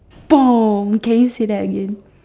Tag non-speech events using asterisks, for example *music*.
*noise* can you say that again